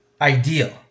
ideal